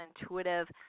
intuitive